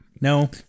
No